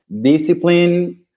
Discipline